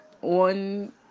one